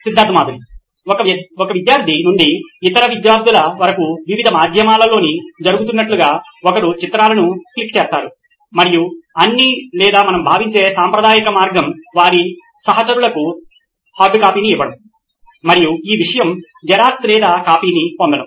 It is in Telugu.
సిద్ధార్థ్ మాతురి CEO నాయిన్ ఎలక్ట్రానిక్స్ ఒక విద్యార్థి నుండి ఇతర విద్యార్థుల వరకు వివిధ మాధ్యమాలలోని జరుగుతున్నట్లుగా ఒకరు చిత్రాలను క్లిక్ చేస్తారు మరియు అన్ని లేదా మనము భావించే సాంప్రదాయిక మార్గం వారి సహచరులకు హార్డ్కాపీని ఇవ్వడం మరియు ఆ విషయం జిరాక్స్ లేదా కాపీని పొందడం